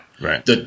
Right